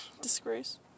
Disgrace